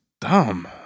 dumb